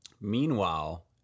Meanwhile